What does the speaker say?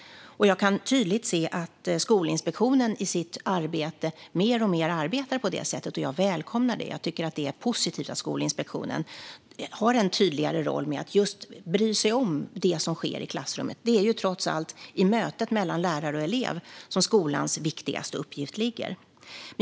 Jag kan tydligt se att Skolinspektionen mer och mer arbetar på det sättet, och jag välkomnar det. Jag tycker att det är positivt att Skolinspektionen har en tydligare roll med att just bry sig om vad som sker i klassrummet. Det är trots allt i mötet mellan lärare och elev som skolans viktigaste uppgift ligger.